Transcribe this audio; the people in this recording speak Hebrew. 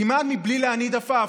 כמעט מבלי להניד עפעף.